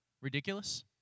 ridiculous